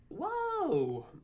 Whoa